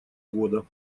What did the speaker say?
года